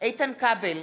איתן כבל,